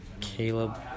Caleb